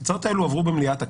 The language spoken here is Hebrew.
ההצעות האלו עברו במליאת הכנסת,